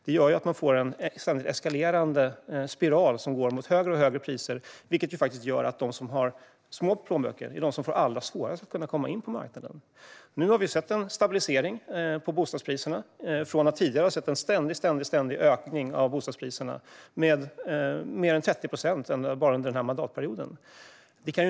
Det gör att vi får en eskalerande spiral mot högre och högre priser, vilket faktiskt gör att de som har små plånböcker är de som får allra svårast att komma in på marknaden. Nu har vi sett en stabilisering av bostadspriserna från att tidigare ha sett en ständig ökning. Bostadspriserna steg med över 30 procent bara under denna mandatperiod.